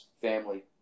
family